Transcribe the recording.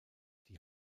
die